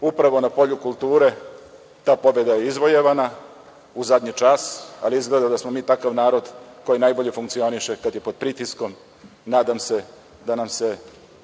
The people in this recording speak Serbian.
Upravo na polju kulture ta pobeda je izvojevana u zadnji čas, ali izgleda da smo mi takav narod koji najbolje funkcioniše kada je pod pritiskom. Nadam se da nam se